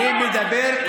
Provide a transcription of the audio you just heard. אני מדבר.